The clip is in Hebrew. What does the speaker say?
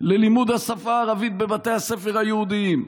ללימוד השפה הערבית בבתי הספר היהודיים.